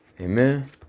Amen